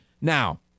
now